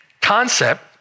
concept